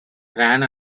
ran